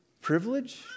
privilege